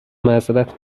معذرت